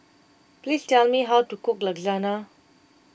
please tell me how to cook